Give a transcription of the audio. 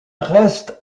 reste